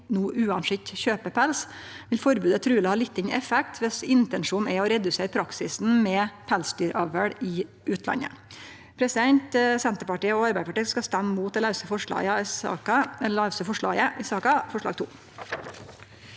uansett kjøper pels, vil forbodet truleg ha liten effekt viss intensjonen er å redusere praksisen med pelsdyravl i utlandet. Senterpartiet og Arbeidarpartiet skal stemme imot det lause forslaget i saka,